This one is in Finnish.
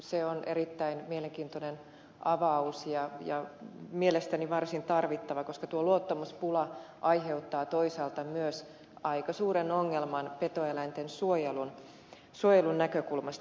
se on erittäin mielenkiintoinen avaus ja mielestäni varsin tarvittava koska tuo luottamuspula aiheuttaa toisaalta myös aika suuren ongelman petoeläinten suojelun näkökulmasta